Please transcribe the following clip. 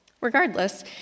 Regardless